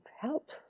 help